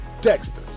Dexter's